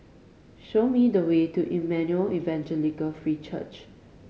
show me the way to Emmanuel Evangelical Free Church